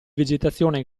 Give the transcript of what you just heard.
vegetazione